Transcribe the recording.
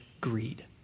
greed